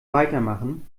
weitermachen